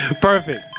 Perfect